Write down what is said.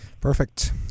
Perfect